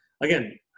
again